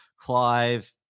Clive